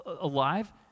alive